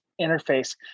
interface